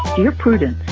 dear prudence,